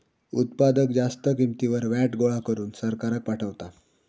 उत्पादक जास्त किंमतीवर व्हॅट गोळा करून सरकाराक पाठवता